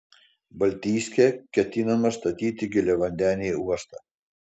baltijske ketinama statyti giliavandenį uostą